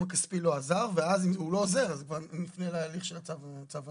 הכספי לא עזר ואז אם הוא לא עוזר אז נפנה להליך של הצו.